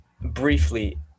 briefly